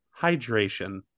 hydration